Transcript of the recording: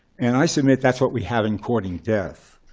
and i submit that's what we have in courting death,